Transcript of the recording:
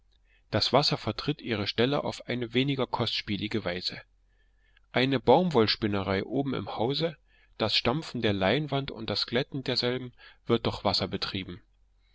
das wasser vertritt ihre stelle auf eine weniger kostspielige weise eine baumwollspinnerei oben im hause das stampfen der leinwand und das glätten derselben wird durch wasser betrieben